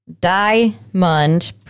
Diamond